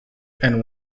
and